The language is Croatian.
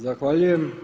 Zahvaljujem.